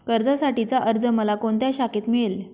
कर्जासाठीचा अर्ज मला कोणत्या शाखेत मिळेल?